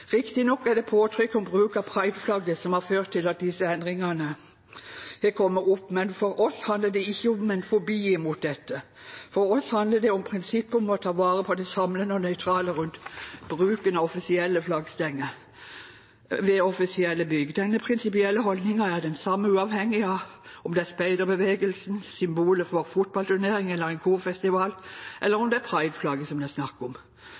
Riktignok er det påtrykk om bruk av pride-flagget som har ført til at disse endringene har kommet opp, men for oss handler det ikke om en fobi mot dette. For oss handler det om prinsippet om å ta vare på det samlende og nøytrale rundt bruken av offisielle flaggstenger ved offisielle bygg. Denne prinsipielle holdningen er den samme uavhengig av om det er speiderbevegelsen, symbolet for en fotballturnering eller en korfestival eller pride-flagget det er snakk om.